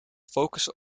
focussen